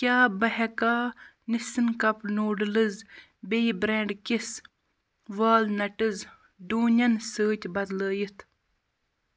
کیٛاہ بہٕ ہٮ۪کا نِسِن کَپ نوٗڈلٕز بییٚہِ برٛینٛڈ کِس والنَٹٕز ڈوٗنٮ۪ن سۭتۍ بدلٲیِتھ